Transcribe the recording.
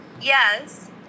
yes